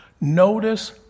Notice